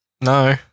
No